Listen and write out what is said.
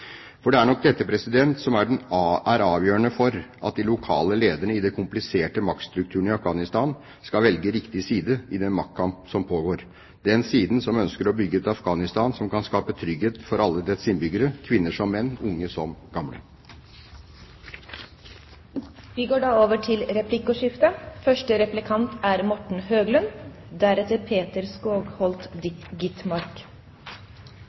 Det er nok dette som vil være avgjørende for at de lokale lederne i den kompliserte maktstrukturen i Afghanistan velger riktig side i den maktkamp som pågår, den siden som ønsker å bygge et Afghanistan som kan skape trygghet for alle dets innbyggere, kvinner som menn, unge som gamle. Det blir replikkordskifte. Det har vært bred enighet om at Afghanistan har hovedprioritet når det gjelder vårt militære engasjement ute. Av kapasitetshensyn er